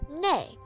Nay